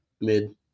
mid